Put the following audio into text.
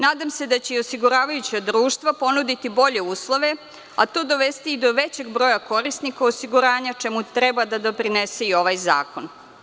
Nadam se da će i osiguravajuća društva ponuditi bolje uslove, a to dovesti i do većeg broja korisnika osiguranja, čemu treba da doprinese i ovaj zakon.